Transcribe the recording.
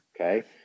Okay